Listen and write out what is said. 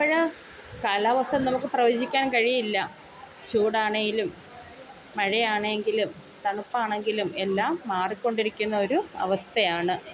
ഇപ്പോൾ കാലാവസ്ഥ നമുക്ക് പ്രവചിക്കാൻ കഴിയില്ല ചൂടാണേലും മഴയാണെങ്കിലും തണുപ്പാണെങ്കിലും എല്ലാം മാറിക്കൊണ്ടിരിക്കുന്നൊരു അവസ്ഥയാണ്